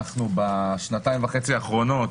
בשנתיים וחצי האחרונות